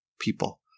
people